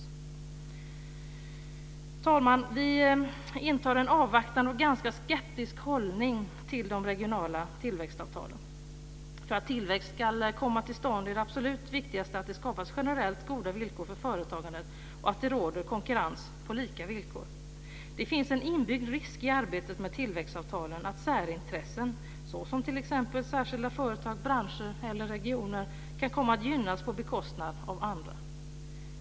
Herr talman! Vi intar en avvaktande och ganska skeptisk hållning till de regionala tillväxtavtalen. För att tillväxt ska komma till stånd är det absolut viktigaste att det skapas generellt goda villkor för företagandet och att det råder konkurrens på lika villkor. Det finns en inbyggd risk i arbetet med tillväxtavtalen, nämligen att särintressen - t.ex. särskilda företag, branscher eller regioner - kan komma att gynnas på bekostnad av andra.